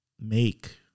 make